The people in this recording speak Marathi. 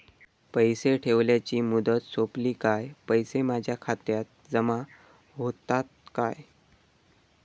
पैसे ठेवल्याची मुदत सोपली काय पैसे माझ्या खात्यात जमा होतात काय?